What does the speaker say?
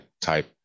type